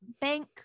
bank